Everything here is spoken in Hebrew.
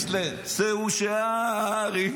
יש להם: "שאו שערים",